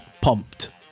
pumped